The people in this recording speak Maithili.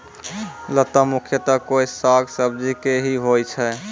लता मुख्यतया कोय साग सब्जी के हीं होय छै